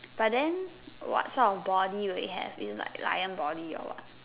but then what sort of body will it have is it lion body or what